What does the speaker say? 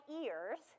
ears